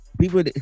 people